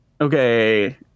okay